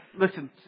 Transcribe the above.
listen